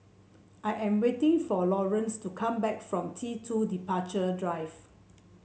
I am waiting for Laurance to come back from T two Departure Drive